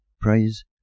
Praise